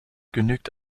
genügt